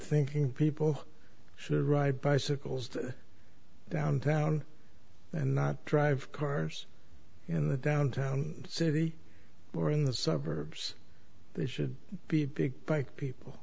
thinking people should ride bicycles downtown and not drive cars in the downtown city or in the suburbs they should be big bike people